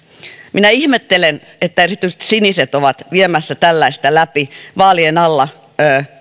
minä ihmettelen erityisesti sitä että siniset ovat viemässä tällaista läpi vaalien alla